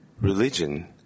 Religion